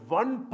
one